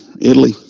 Italy